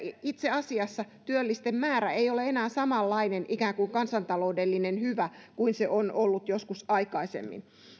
itse asiassa työllisten määrä ei ole enää samanlainen kansantaloudellinen hyvä kuin se on ollut joskus aikaisemmin